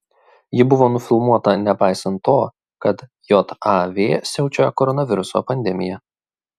ji buvo nufilmuota nepaisant to kad jav siaučia koronaviruso pandemija